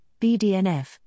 BDNF